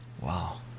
Wow